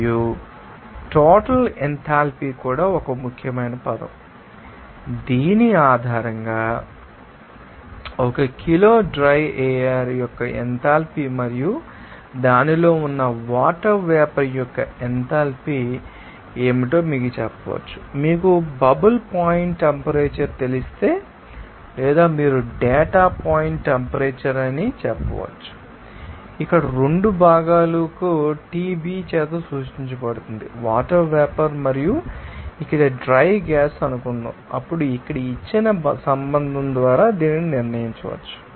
మరియు total enthalpy కూడా ఒక ముఖ్యమైన పదం దీని ఆధారంగా 1 కిలోల డ్రై ఎయిర్ యొక్క ఎంథాల్పీ మరియు దానిలో ఉన్న వాటర్ వేపర్ యొక్క ఎంథాల్పీ ఏమిటో మీకు చెప్పవచ్చు మీకు బబుల్ పాయింట్ టెంపరేచర్ తెలిస్తే లేదా మీరు డేటా పాయింట్ టెంపరేచర్ అని చెప్పవచ్చు ఇక్కడ రెండు భాగాలకు Tb చేత సూచించబడుతుంది వాటర్ వేపర్ మరియు ఇక్కడ డ్రై గ్యాస్ అనుకుందాం అప్పుడు ఇక్కడ ఇచ్చిన సంబంధం ద్వారా దీనిని నిర్ణయించవచ్చు